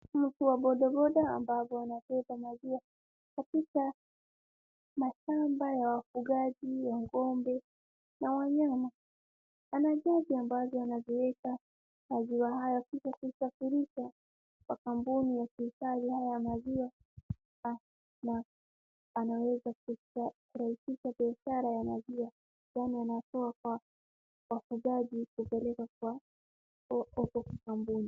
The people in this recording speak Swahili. Mtu wa bodaboda ambaye anachota maziwa katika mashamba ya wafugaji wa ng'ombe na wanyama, ana jagi ambazo anaziweka maziwa haya kisha kusafirisha kwa kampuni ya kuhifadhi haya maziwa na anaweza kurahisisha biashara ya maziwa, yaani anatoa kwa wafugaji akipeleka kwa kampuni.